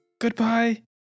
goodbye